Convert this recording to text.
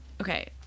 okay